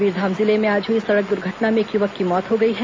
कबीरधाम जिले में आज हुई सड़क दुर्घटना में एक युवक की मौत हो गई है